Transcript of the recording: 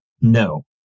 no